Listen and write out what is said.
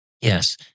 Yes